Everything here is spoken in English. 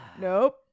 nope